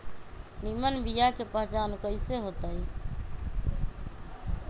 निमन बीया के पहचान कईसे होतई?